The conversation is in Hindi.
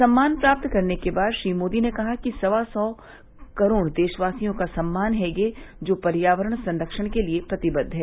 सम्मान प्राप्त करने के बाद श्री मोदी ने कहा कि यह सवा सौ करोड़ देशवासियों का सम्मान है जो पर्यावरण संरक्षण के लिए प्रतिबद्ध है